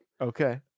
Okay